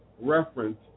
reference